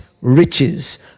riches